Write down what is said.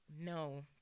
No